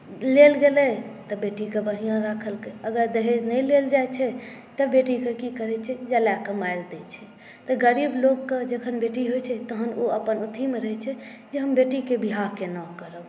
लेल गेलै तऽ बेटीके बढ़िऑं रखलकै अगर दहेज़ नहि लेल जाइ छै तऽ बेटीके की करै छै जला कऽ मारि दै छै तऽ गरीब लोकके जखन बेटी होइ छै तहन ओ अपन अथीमे रहै छै जे हम बेटीके बियाह केना करब